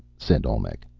said olmec.